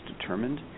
determined